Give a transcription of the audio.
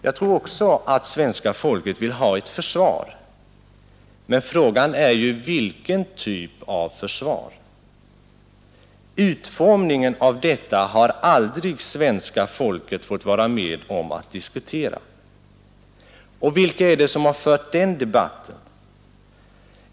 Jag tror också att svenska folket vill ha ett försvar, men frågan är ju vilken typ av försvar. Utformningen av detta har svenska folket aldrig fått vara med om att diskutera. Vilka är det som har fört den debatten?